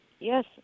Yes